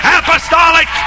apostolic